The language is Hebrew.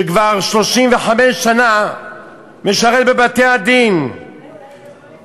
שכבר 35 שנה משרת בבתי-הדין,